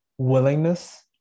willingness